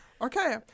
Okay